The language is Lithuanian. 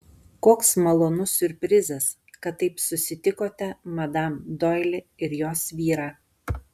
koks malonus siurprizas kad taip susitikote madam doili ir jos vyrą